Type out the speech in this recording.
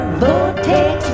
vortex